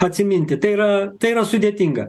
atsiminti tai yra tai yra sudėtinga